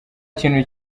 kintu